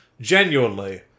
genuinely